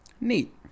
Neat